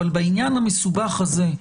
אבל בעניין המסובך הזה,